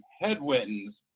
headwinds